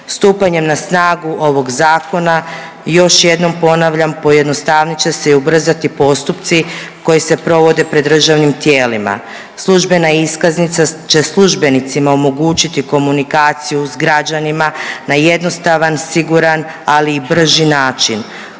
Stupanjem na snagu ovog zakona još jednom ponavljam pojednostavnit će se i u brzati postupci koji se provode pred državnim tijelima, službena iskaznica će službenicima omogućiti komunikaciju s građanima na jednostavan, siguran, ali i brži način.